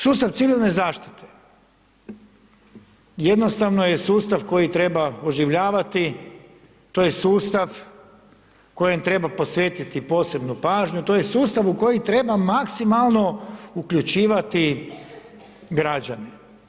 Sustav civilne zaštite jednostavno je sustav koji treba oživljavati, to je sustav kojem treba posvetiti posebnu pažnju, to je sustav u koji treba maksimalno uključivati građane.